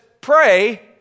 pray